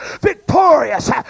victorious